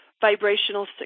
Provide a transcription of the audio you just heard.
vibrational